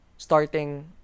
starting